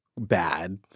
bad